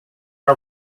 are